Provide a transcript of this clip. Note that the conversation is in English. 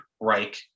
Reich